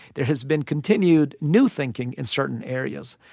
there has been continued new thinking in certain areas,